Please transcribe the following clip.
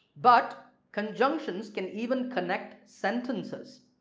but conjunctions can even connect sentences.